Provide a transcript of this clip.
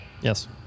yes